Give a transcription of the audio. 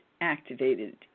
activated